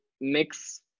mix